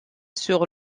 sur